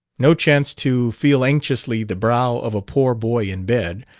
no chance to feel anxiously the brow of a poor boy in bed,